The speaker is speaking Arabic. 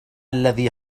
الذي